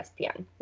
ESPN